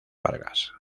vargas